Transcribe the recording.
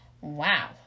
wow